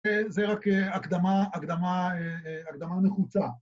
‫זה רק הקדמה הקדמה הקדמה נחוצה.